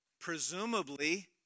Presumably